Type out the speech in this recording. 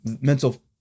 mental